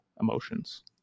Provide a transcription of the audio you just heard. emotions